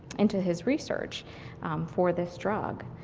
into his research for this drug.